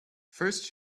first